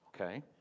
Okay